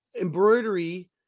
embroidery